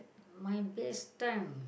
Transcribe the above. my best time